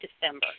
December